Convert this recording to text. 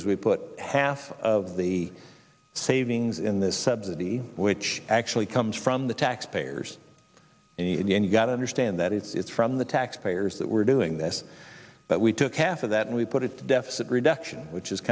is we put half of the savings in this subsidy which actually comes from the taxpayers in the end you gotta understand that it's from the taxpayers that we're doing this but we took half of that and we put it to deficit reduction which is